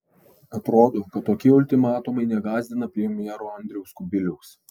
atrodo kad tokie ultimatumai negąsdina premjero andriaus kubiliaus